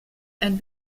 ein